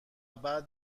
بعد